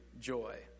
joy